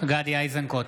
גדי איזנקוט,